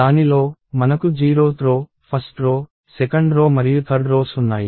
దానిలో మనకు 0th row 1th row 2nd రో మరియు 3rd రోస్ ఉన్నాయి